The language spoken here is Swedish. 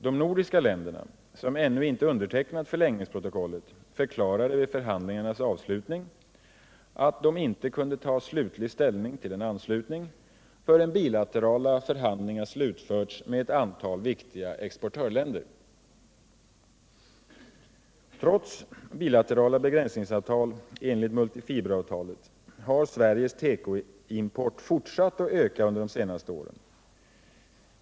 De nordiska länderna, som ännu inte undertecknat förlängningsprotokollet, förklarade vid förhandlingarnas avslutning, att de inte kunde ta slutlig ställning till en anslutning förrän bilaterala förhandlingar slutförts med ett antal viktiga exportörländer. Trots bilaterala begränsningsavtal enligt multifiberavtalet har Sveriges tekoimport fortsatt att öka under de senaste åren.